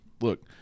Look